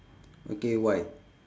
okay why